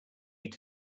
need